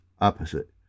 opposite